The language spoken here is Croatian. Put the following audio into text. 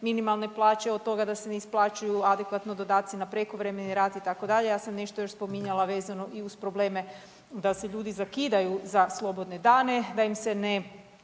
minimalne plaće, od toga da se ne isplaćuju adekvatno dodaci na prekovremeni rad itd., ja sam još nešto spominjala vezano i uz problem da se ljudi zakidaju za slobodne dane, da im se ne